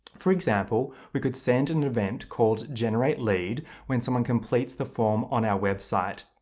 for example, we could send an event called generate lead when someone completes the form on our website.